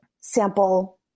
sample